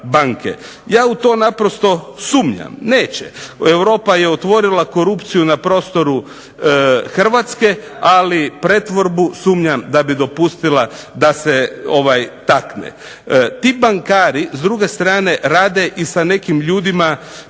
Ja u to naprosto sumnjam. Neće. Europa je otvorila korupciju na prostoru Hrvatske, ali pretvorbu sumnjam da bi dopustila da se takne. Ti bankari s druge strane rade i sa nekim ljudima,